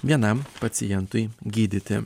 vienam pacientui gydyti